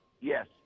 Yes